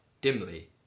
dimly